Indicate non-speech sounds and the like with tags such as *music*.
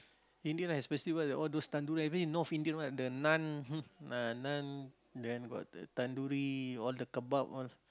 Indian especially what the all those tandoori I mean North Indian one the Naan *noise* ah Naan then got the tandoori all the kebab all